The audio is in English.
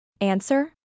Answer